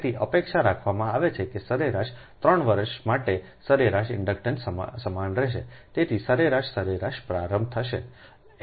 તેથી અપેક્ષા રાખવામાં આવે છે કે સરેરાશ 3 વર્ષ માટે સરેરાશ ઇન્ડક્ટન્સ સમાન રહેશે તેથી સરેરાશ સરેરાશ પ્રારંભ થશે